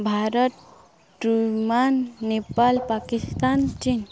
ଭାରତ ଟୁମାନ ନେପାଳ ପାକିସ୍ତାନ ଚୀନ